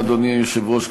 אדוני היושב-ראש,